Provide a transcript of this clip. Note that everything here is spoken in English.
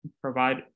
provide